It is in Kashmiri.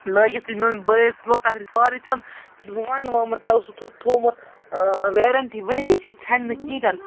لٲگِتھ یہِ میون بٲیِس لوٚگ تتھ ییٚلہِ پارٕے ژیوٚن مےٚ دوٚپ بہٕ ون ونۍ یِمن تۄہہِ اوسوٕ تھُ تھومُت وٮ۪رنٛٹی ؤریِچ یہِ ژٮ۪نہٕ کِہیٖنۍ تہِ نہٕ